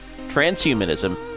transhumanism